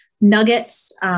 nuggets